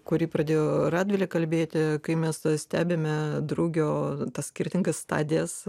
kurį pradėjo radvilė kalbėti kai mes stebime drugio tas skirtingas stadijas